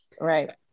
Right